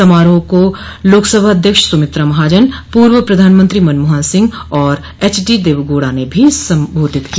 समारोह को लोकसभा अध्यक्ष सुमित्रा महाजन पूर्व प्रधानमंत्री मनमोहन सिंह और एचडीदेवेगौड़ा ने भी संबोधित किया